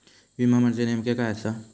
विमा म्हणजे नेमक्या काय आसा?